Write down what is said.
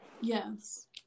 Yes